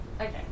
Okay